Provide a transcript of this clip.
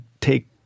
take